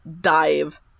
dive